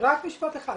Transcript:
רק עוד משפט אחד.